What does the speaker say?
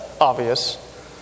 obvious